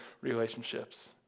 relationships